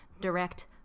direct